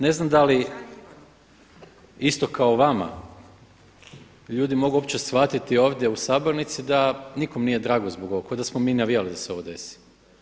Ne znam dali isto kao vama ljudi mogu uopće shvatiti ovdje u sabornici da nikom nije drago zbog ovoga, kao da smo mi navijali da se to desi.